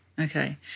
okay